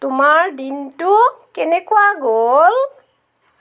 তোমাৰ দিনটো কেনেকুৱা গ'ল